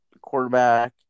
quarterback